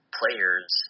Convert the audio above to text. players